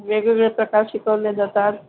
वेगवेगळे प्रकार शिकवले जातात